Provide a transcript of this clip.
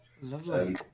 Lovely